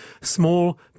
small